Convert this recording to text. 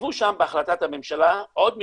כתבו שם בהחלטת הממשלה עוד משפט,